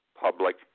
public